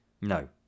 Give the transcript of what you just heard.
No